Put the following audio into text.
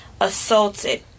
assaulted